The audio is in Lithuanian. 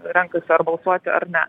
renkasi ar balsuoti ar ne